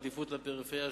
בעדיפות לפריפריה,